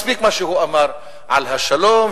מספיק מה שהוא אמר על השלום,